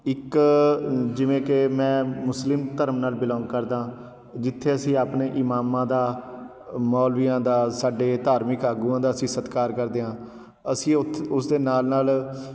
ਇੱਕ ਜਿਵੇਂ ਕਿ ਮੈਂ ਮੁਸਲਿਮ ਧਰਮ ਨਾਲ ਬਿਲੌਂਗ ਕਰਦਾ ਹਾਂ ਜਿੱਥੇ ਅਸੀਂ ਆਪਣੇ ਇਮਾਮਾਂ ਦਾ ਮੌਲਵੀਆਂ ਦਾ ਸਾਡੇ ਧਾਰਮਿਕ ਆਗੂਆਂ ਦਾ ਅਸੀਂ ਸਤਿਕਾਰ ਕਰਦੇ ਹਾਂ ਅਸੀਂ ਉੱਥ ਉਸ ਦੇ ਨਾਲ ਨਾਲ